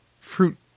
fruit